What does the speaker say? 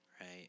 right